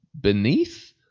beneath